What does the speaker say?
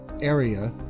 area